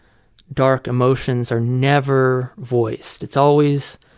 dark emotions are never voiced. it's always,